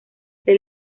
del